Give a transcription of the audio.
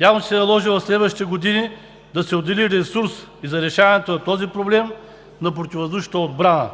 Явно ще се наложи в следващите години да се отдели ресурс и за решаването на този проблем на противовъздушната отбрана